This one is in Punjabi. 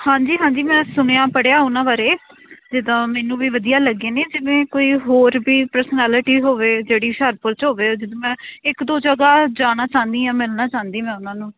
ਹਾਂਜੀ ਹਾਂਜੀ ਮੈਂ ਸੁਣਿਆ ਪੜ੍ਹਿਆ ਉਹਨਾਂ ਬਾਰੇ ਜਿੱਦਾਂ ਮੈਨੂੰ ਵੀ ਵਧੀਆ ਲੱਗੇ ਨੇ ਜਿਵੇਂ ਕੋਈ ਹੋਰ ਵੀ ਪਰਸਨੈਲਿਟੀ ਹੋਵੇ ਜਿਹੜੀ ਹੁਸ਼ਿਆਰਪੁਰ 'ਚ ਹੋਵੇ ਓਹ ਜਿੱਦਾਂ ਮੈਂ ਇੱਕ ਦੋ ਜਗ੍ਹਾ ਜਾਣਾ ਚਾਹੁੰਦੀ ਹਾਂ ਮਿਲਣਾ ਚਾਹੁੰਦੀ ਮੈਂ ਉਹਨਾਂ ਨੂੰ